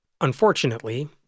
Unfortunately